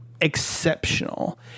exceptional